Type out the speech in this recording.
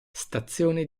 stazione